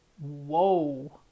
whoa